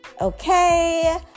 okay